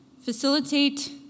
facilitate